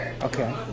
Okay